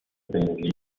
برلین